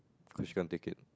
cause you want take it